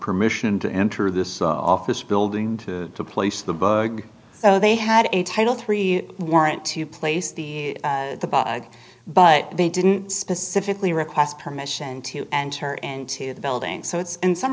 permission to enter this office building to place the bug so they had a title three warrant to place the the bug but they didn't specifically request permission to enter into the building so it's in some